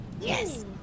Yes